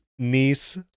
niece